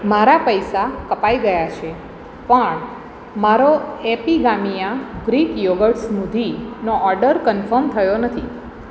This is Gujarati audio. મારા પૈસા કપાઈ ગયા છે પણ મારો એપીગામીઆ ગ્રીક યોગર્ટ સ્મૂધીનો ઓર્ડર કન્ફર્મ થયો નથી